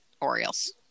Orioles